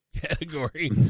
category